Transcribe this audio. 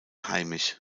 heimisch